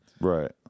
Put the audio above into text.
Right